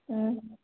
ꯎꯝ